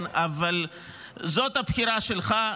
אבל זאת הבחירה שלך.